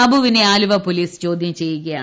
അബുവിനെ Aluva police ചോദ്യം ചെയ്യുകയാണ്